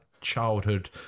childhood